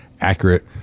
accurate